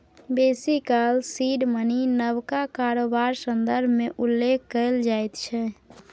बेसी काल seed money नबका कारोबार संदर्भ मे उल्लेख कएल जाइ छै